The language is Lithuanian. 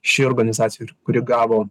ši organizacija ir kuri gavo